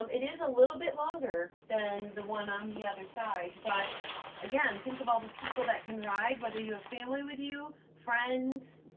um it is a little bit longer than the one on the other side, but again think of all the people that can ride, whether you have family with you, friends,